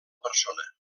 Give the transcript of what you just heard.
persona